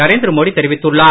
நரேந்திர மோடி தெரிவித்துள்ளார்